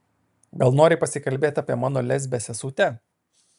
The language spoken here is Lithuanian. gal nori pasikalbėti apie mano lesbę sesutę